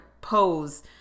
pose